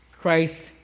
Christ